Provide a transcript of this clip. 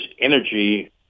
energy